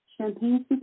Champagne